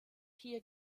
hier